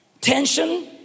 tension